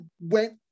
went